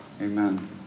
Amen